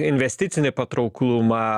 investicinį patrauklumą